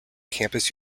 campus